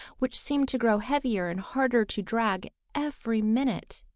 which seemed to grow heavier and harder to drag every minute.